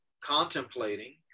contemplating